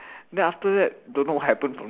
then after that don't know what happen